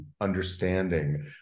understanding